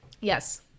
Yes